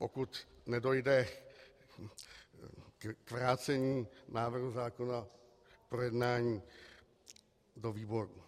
Pokud nedojde k vrácení návrhu zákona k projednání do výboru.